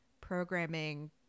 programming